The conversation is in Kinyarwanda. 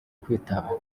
kwitaba